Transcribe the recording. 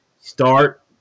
Start